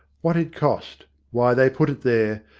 what it cost, why they put it there,